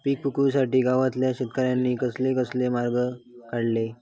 पीक विकुच्यासाठी गावातल्या शेतकऱ्यांनी कसले कसले मार्ग काढले?